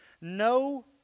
no